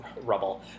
rubble